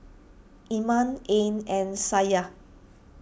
Iman Ain and Syah